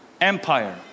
Empire